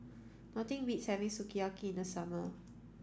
nothing beats having Sukiyaki in the summer